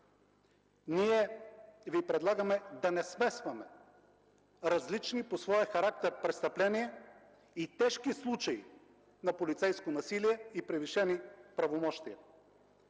Ние Ви предлагаме да не смесваме различни по своя характер престъпления и тежки случаи на полицейско насилие и превишени правомощия.